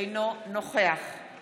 אינו נוכח דסטה